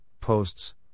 posts